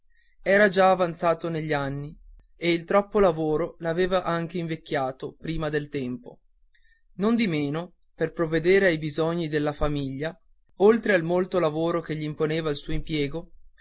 era già avanzato negli anni il padre e il troppo lavoro l'aveva anche invecchiato prima del tempo non di meno per provvedere ai bisogni della famiglia oltre al molto lavoro che gl'imponeva il suo impiego